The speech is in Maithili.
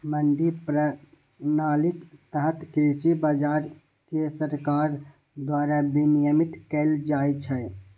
मंडी प्रणालीक तहत कृषि बाजार कें सरकार द्वारा विनियमित कैल जाइ छै